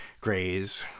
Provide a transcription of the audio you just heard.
graze